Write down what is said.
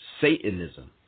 Satanism